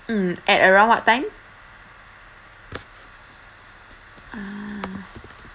mm at around what time ah